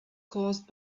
caused